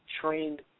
trained